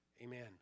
Amen